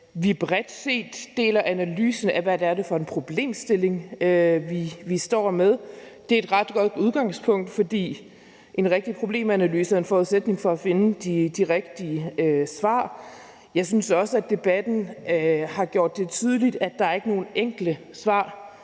vi bredt set deler analysen af, hvad det er for en problemstilling, vi står med. Det er et ret godt udgangspunkt, for en rigtig problemanalyse er en forudsætning for at finde de rigtige svar. Jeg synes også, at debatten har gjort det tydeligt, at der ikke er nogen enkle svar